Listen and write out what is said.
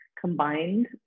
combined